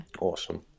awesome